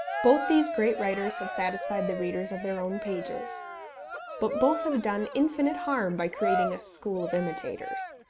both these great writers have satisfied the readers of their own pages but both have done infinite harm by creating a school of imitators.